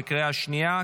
בקריאה שנייה,